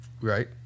Right